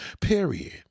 Period